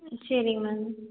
சரிங்க மேம்